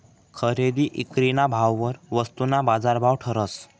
खरेदी ईक्रीना भाववर वस्तूना बाजारभाव ठरस